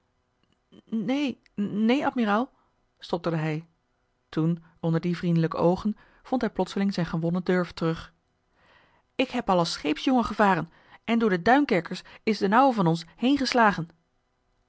neen neen admiraal stotterde hij toen onder die vriendelijke oogen vond hij plotseling zijn gewonen durf terug ik heb al als scheepsjongen gevaren en door de duinkerkers is d'n ouwe van ons heengeslagen